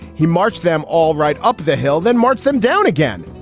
he marched them all right up the hill, then marched them down again.